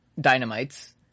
dynamites